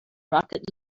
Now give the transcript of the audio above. rocket